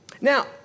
Now